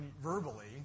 verbally